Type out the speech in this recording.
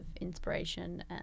inspiration